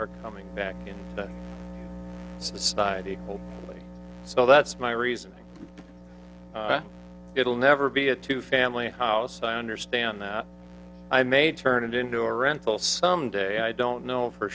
are coming back in society so that's my reasoning it'll never be a two family house i understand that i may turn it into a rental some day i don't know for